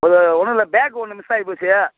ஒரு ஒன்னுமில்ல பேக்கு ஒன்று மிஸ்ஸாகி போச்சு